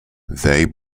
they